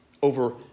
Over